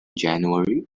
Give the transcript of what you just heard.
january